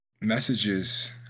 messages